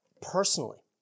personally